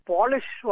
Polish